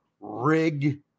rig